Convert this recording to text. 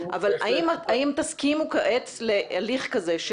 האם תסכימו כעת להליך כזה,